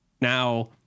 Now